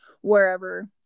wherever